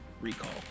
recall